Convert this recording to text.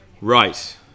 Right